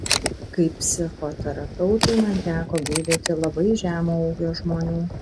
kaip psichoterapeutui man teko gydyti labai žemo ūgio žmonių